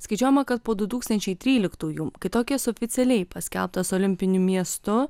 skaičiuojama kad po du tūkstančiai tryliktųjų kai tokijas oficialiai paskelbtas olimpiniu miestu